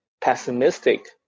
pessimistic